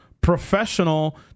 professional